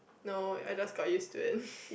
no I just got used to it